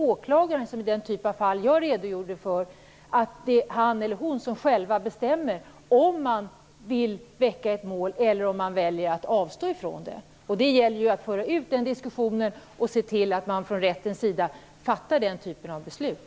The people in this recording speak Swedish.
I den typ av fall som jag redogjorde för är det åklagaren som bestämmer om åtal skall väckas eller inte. Det gäller att föra ut den diskussionen och se till att man från rättens sida fattar den typen av beslut.